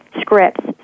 scripts